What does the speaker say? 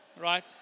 right